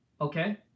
Okay